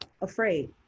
afraid